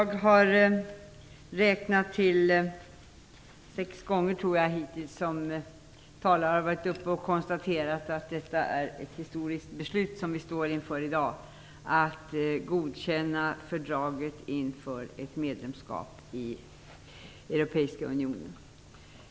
Fru talman! Jag har räknat till att talare har konstaterat att det är ett historiskt beslut vi står inför sex gånger i dag. Vi skall godkänna fördraget inför ett medlemskap i Europeiska unionen.